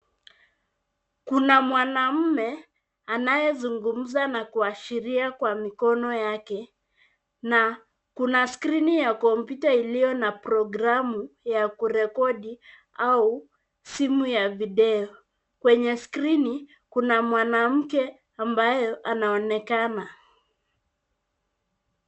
Kuna mwanaume, anayezungumza na kuashiria kwa mikono yake. Na kuna skrini ya kompyuta iliyo na programu ya kurekodi au simu ya video. Kwenye skrini, kuna mwanamke ambaye anaonekana.